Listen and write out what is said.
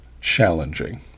challenging